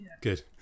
good